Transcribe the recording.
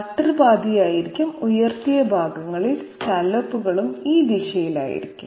cutter പാതയായിരിക്കും ഉയർത്തിയ ഭാഗങ്ങളിൽ സ്കല്ലോപ്പുകളും ഈ ദിശയിലായിരിക്കും